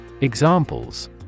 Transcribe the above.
Examples